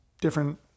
Different